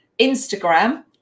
Instagram